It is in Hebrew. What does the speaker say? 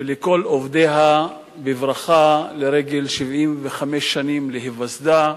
ולכל עובדיה בברכה לרגל מלאות 75 שנים להיווסדה.